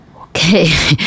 Okay